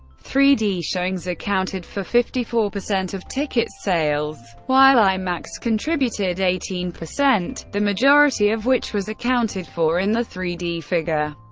three d showings accounted for fifty four percent of ticket sales, while imax contributed eighteen the majority of which was accounted for in the three d figure.